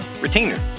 retainer